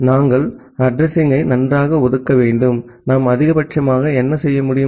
நாங்கள் அட்ரஸிங்யை நன்றாக ஒதுக்க வேண்டும் நாம் அதிகபட்சமாக என்ன செய்ய முடியும்